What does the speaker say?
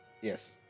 Yes